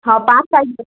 ହଁ ପାଞ୍ଚ ସାଇଜର